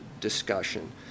discussion